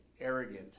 arrogant